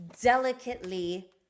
delicately